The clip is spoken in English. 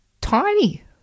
tiny